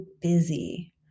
busy